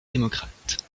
démocrate